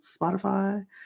Spotify